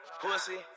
pussy